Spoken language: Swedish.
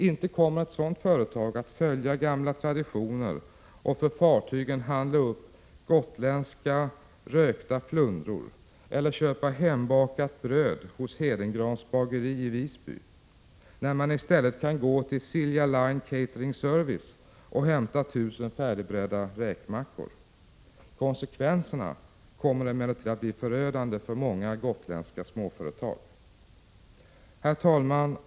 Inte kommer ett sådant företag att följa gamla traditioner och för fartygen handla upp gotländska rökta flundror eller köpa hembakat bröd hos Hedengrahns Bageri i Visby när man i stället kan gå till Silja Line Catering Service och hämta 1 000 färdigbredda räksmörgåsar. Konsekvenserna kommer emellertid att bli förödande för många gotländska småföretag.